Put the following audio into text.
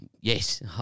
yes